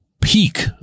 peak